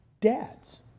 dads